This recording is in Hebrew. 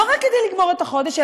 ולא רק כדי לגמור את החודש,